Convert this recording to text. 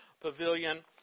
pavilion –